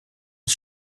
ins